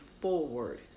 forward